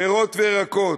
פירות וירקות,